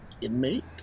inmate